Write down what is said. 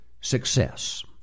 success